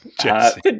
Jesse